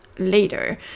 later